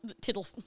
tittle